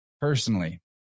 personally